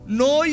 no